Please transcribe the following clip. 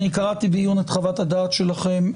אני קראתי בעיון את חוות-הדעת שלכם.